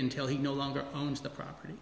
until he no longer owns the property